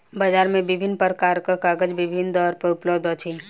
बजार मे विभिन्न प्रकारक कागज विभिन्न दर पर उपलब्ध अछि